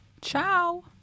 ciao